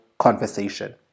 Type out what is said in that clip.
Conversation